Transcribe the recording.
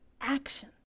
action